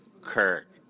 Kirk